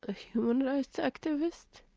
ah human rights activist